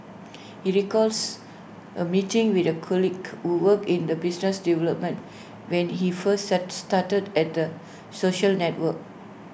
he recalls A meeting with A colleague who worked in the business development when he first at started at the social network